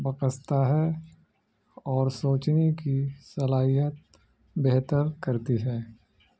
بکستا ہے اور سوچنے کی صلاحیت بہتر کرتی ہے